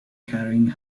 carrying